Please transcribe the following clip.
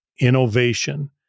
innovation